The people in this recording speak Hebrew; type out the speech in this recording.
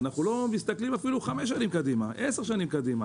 אנחנו לא מסתכלים אפילו עשר שנים קדימה או חמש שנים קדימה,